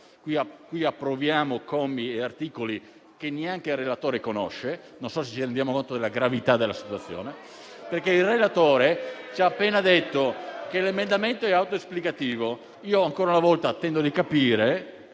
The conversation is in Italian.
qui approviamo commi e articoli che neanche il relatore conosce: non so se ci rendiamo conto della gravità della situazione. *(Commenti).* Il relatore ci ha appena detto che l'emendamento è autoesplicativo. Ancora una volta, ribadisco